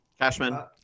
Cashman